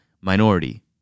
minority